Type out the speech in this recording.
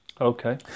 Okay